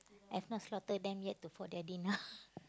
have not slaughtered them yet to for their dinner